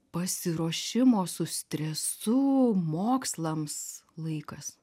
pasiruošimo su stresu mokslams laikas